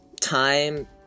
time